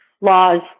laws